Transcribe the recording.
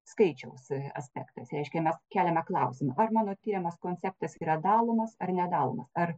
skaičiaus aspektas reiškia mes keliame klausimą ar mano tiriamas konceptas yra dalomas ar nedalomas ar